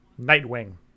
Nightwing